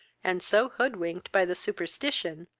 and so hoodwinked by the superstition,